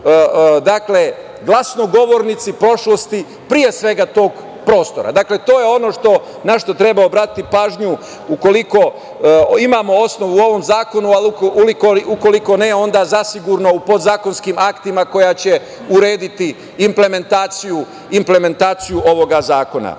su glasnogovornici prošlosti, pre svega tog prostora. To je ono što na šta treba obratiti pažnju ukoliko imamo osnov u ovom zakonu, ali ukoliko nema onda zasigurno u podzakonskim aktima gde će se urediti implementacija ovog zakona. Drago